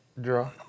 Draw